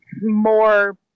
more